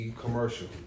commercial